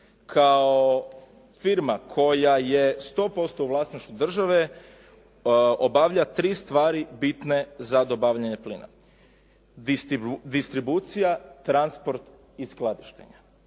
kao firma koja je 100% u vlasništvu države obavlja 3 stvari bitne za dobavljanje plina. Distribucija, transport i skladištenje.